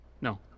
No